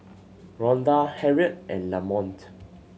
Rhonda Harriet and Lamonte